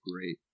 great